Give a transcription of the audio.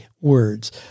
words